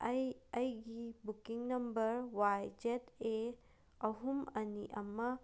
ꯑꯩ ꯑꯩꯒꯤ booking number Y Z A ꯑꯍꯨꯝ ꯑꯅꯤ ꯑꯃ